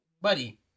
Buddy